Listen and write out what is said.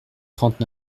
trente